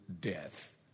Death